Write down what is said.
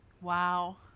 wow